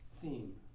theme